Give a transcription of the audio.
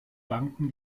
banken